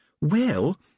Well